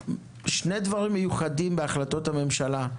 יש שני דברים מיוחדים בהחלטות הממשלה,